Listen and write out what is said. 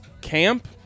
Camp